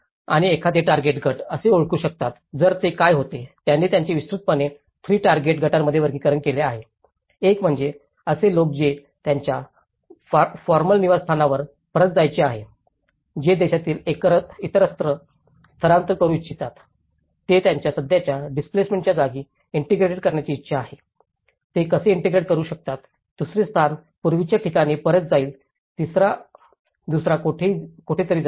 आणि एखादे टार्गेट गट कसे ओळखू शकतात तर ते काय होते त्यांनी त्यांचे विस्तृतपणे 3 टार्गेट गटांमध्ये वर्गीकरण केले आहे एक म्हणजे असे लोक जे त्यांच्या फॉर्मल निवासस्थानावर परत जायचे आहेत जे देशातील इतरत्र स्थलांतर करू इच्छितात ते ज्यांना सध्याच्या डिस्प्लेसमेंटाच्या ठिकाणी इंटिग्रेटेड करण्याची इच्छा आहे ते कसे इंटिग्रेटेड करू शकतात दुसरे स्थान पूर्वीच्या ठिकाणी परत जाईल तिसरा दुसरा कोठेतरी जाईल